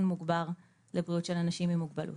מוגבר לבריאות של אנשים עם מוגבלות.